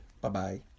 Bye-bye